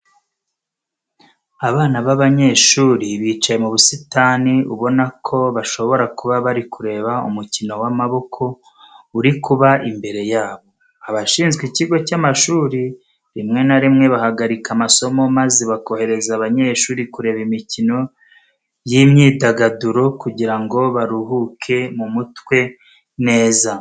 Abana b'abanyeshuri bicaye mu busitani ubona ko bashobora kuba bari kureba umukino w'amaboko uri kuba imbere yabo. Abashinzwe ikigo cy'amashuri rimwe na rimwe bahagarika amasomo maze bakohereza abanyeshuri kureba imikino y'imyidagaduro kugira ngo baruhuke mu mutwe neza.